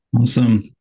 Awesome